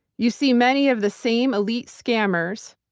you see many of the same elite scammers,